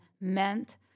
meant